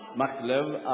מקלב, מקלב.